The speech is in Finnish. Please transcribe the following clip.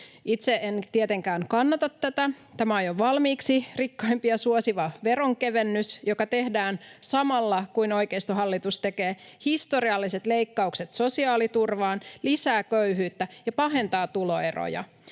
Itse en tietenkään kannata tätä. Tämä on jo valmiiksi rikkaimpia suosiva veronkevennys, joka tehdään samalla, kun oikeistohallitus tekee historialliset leikkaukset sosiaaliturvaan, lisää köyhyyttä ja pahentaa tuloeroja.